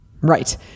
Right